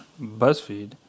BuzzFeed